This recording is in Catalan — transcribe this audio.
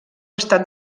estat